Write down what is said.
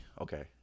Okay